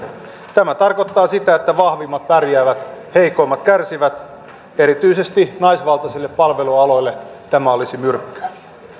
tämä tarkoittaa sitä että vahvimmat pärjäävät heikoimmat kärsivät erityisesti naisvaltaisille palvelualoille tämä olisi myrkkyä